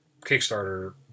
Kickstarter